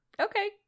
Okay